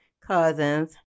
cousins